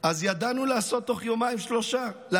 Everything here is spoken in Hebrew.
אז ידענו תוך יומיים-שלושה לעשות,